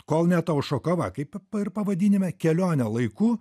kol neataušo kava kaip ir pavadinime kelionę laiku